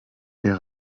der